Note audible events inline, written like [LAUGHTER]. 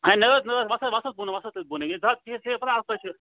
ہے نہٕ حظ نہٕ حظ وَس حظ وَس حظ بۄن وَس حظ تیٚلہِ بۄنٕے یہِ زٕ ہَتھ شیٖتھ [UNINTELLIGIBLE]